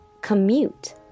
commute